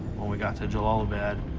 when we got to jalalabad,